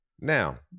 Now